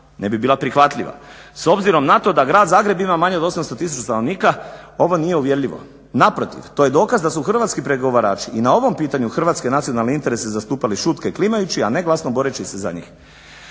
Ne bi bila prihvatljiva s obzirom na to da Grad Zagreb ima manje od 800 tisuća stanovnika ovo nije uvjerljivo. Naprotiv, to je dokaz da su hrvatski pregovarači i na ovom pitanju hrvatske nacionalne interese zastupali šutke i klimajući a ne glasno boreći se za njih.